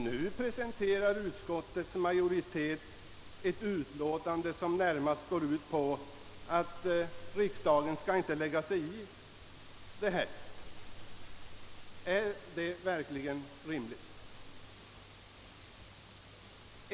Nu presenterar utskottets majoritet ett utlåtande som närmast går ut på att riksdagen inte skall lägga sig i denna sak, Är det verkligen rimligt?